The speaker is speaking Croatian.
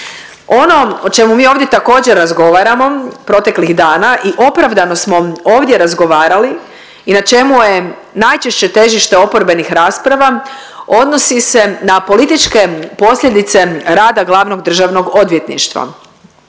Ono o čemu mi ovdje također razgovaramo proteklih dana i opravdano smo ovdje razgovarali i na čemu je najčešće težište oporbenih rasprava odnosi se na političke posljedice rada glavnog državnog odvjetništva.